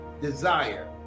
desire